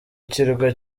kirwa